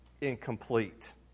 incomplete